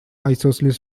isosceles